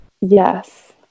Yes